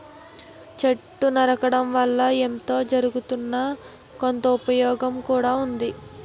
చెట్లు నరకడం వల్ల ఎంతో జరగుతున్నా, కొంత ఉపయోగం కూడా ఉంది